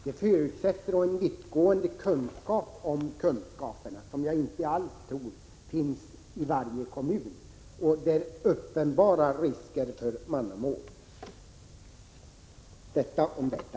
Det förutsätter vittgående kunskaper om kunskaperna, som jag inte alls tror finns i varje kommun. Det blir uppenbara risker för mannamån. Detta om detta.